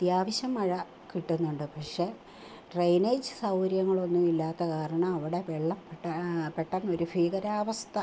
അത്യാവശ്യം മഴ കിട്ടുന്നുണ്ട് പക്ഷെ ഡ്രെയിനേജ് സൗകര്യങ്ങളൊന്നുമില്ലാത്ത കാരണം അവിടെ വെള്ളം പെട്ട പെട്ടെന്നൊരു ഭീകരാവസ്ഥ